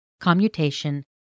Commutation